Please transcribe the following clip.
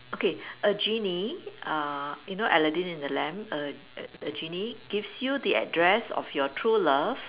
okay a genie uh you know Aladdin and the lamp a a genie gives you the address of your true love